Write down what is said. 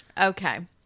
Okay